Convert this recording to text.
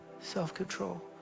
self-control